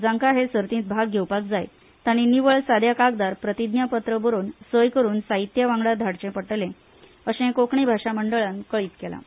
जांकां सर्तींत वांटो घेवंक जाय तांणी निवळ साद्या कागादार प्रतिज्ञापत्र बरोवन सय करून साहित्या वांगडाग धाडचें पडटलें अशें कोंकणी भाशा मंडळान कळीत केलां